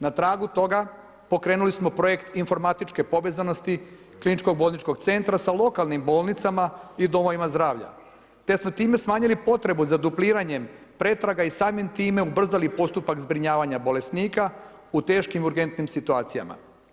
Na tragu toga pokrenuli smo projekt informatičke povezanosti KBC-a sa lokalnim bolnicama i domovima zdravlja, te smo time smanjili potrebu za dupliranjem pretraga i samim time ubrzali postupak zbrinjavanja bolesnika u teškim urgentnim situacijama.